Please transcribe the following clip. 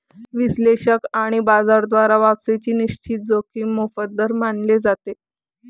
विश्लेषक आणि बाजार द्वारा वापसीची निश्चित जोखीम मोफत दर मानले जाते